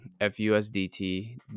FUSDT